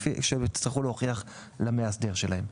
כפי שהם יצטרכו להוכיח למאסדר שלהם.